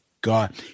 god